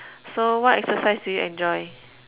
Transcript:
so what exercise do you enjoy